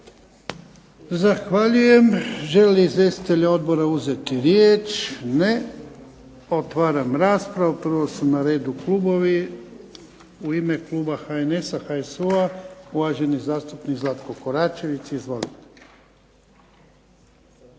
Zahvaljujem. Žele li izvjestitelji odbora uzeti riječ? Ne. Otvaram raspravu. Prvo su na redu klubovi. U ime kluba HNS-a, HSU-a uvaženi zastupnik Zlatko Koračević. Izvolite.